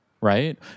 right